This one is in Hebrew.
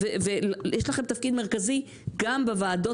ויש לכם תפקיד מרכזי גם בוועדות